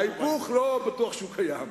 ההיפוך, לא בטוח שהוא קיים.